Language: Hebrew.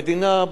המדינה,